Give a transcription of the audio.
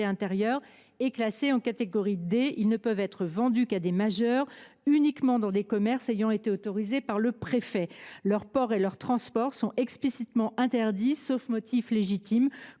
intérieure et classés en catégorie D : ils ne peuvent être vendus qu’à des majeurs et dans des commerces ayant été autorisés par le préfet. Leur port et leur transport sont formellement interdits sauf motif légitime,